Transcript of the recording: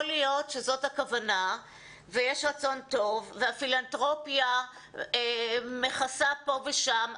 יכול להיות שזאת הכוונה ויש רצון טוב והפילנתרופיה מכסה פה ושם,